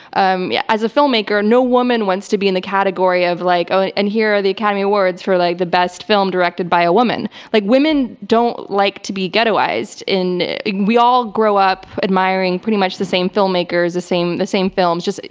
um yeah as a filmmaker, no woman wants to be in the category of like, oh, and and here are the academy awards for like the best film directed by a woman. like women don't like to be ghettoized. we all grow up admiring pretty much the same filmmakers, the same films. just,